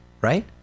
right